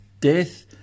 Death